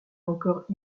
encore